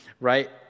right